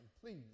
Please